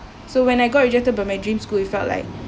so when I got rejected by my dream school it felt like